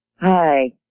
Hi